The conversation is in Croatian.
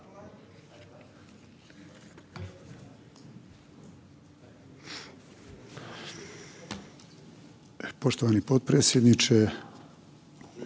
poštovani predsjedniče